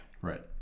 Right